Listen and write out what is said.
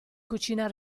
cucina